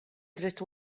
dritt